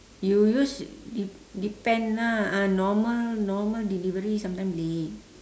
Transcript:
you use dep~ depend lah ah normal normal delivery sometime late